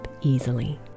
easily